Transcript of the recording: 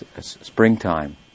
springtime